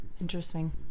Interesting